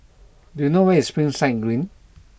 do you know where is Springside Green